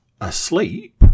asleep